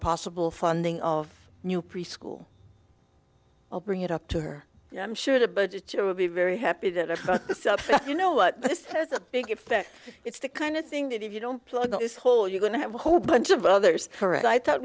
possible funding of new preschool i'll bring it up to her i'm sure the budget you will be very happy that you know what this has a big effect it's the kind of thing that if you don't plug this hole you're going to have a whole bunch of others for it i thought